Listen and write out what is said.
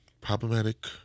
problematic